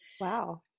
Wow